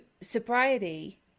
sobriety